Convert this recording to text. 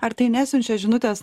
ar tai nesiunčia žinutes